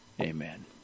Amen